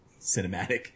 cinematic